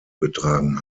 betragen